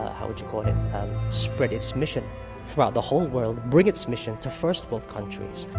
ah how would you call it, um spread its mission throughout the whole world. bring its mission to first world countries.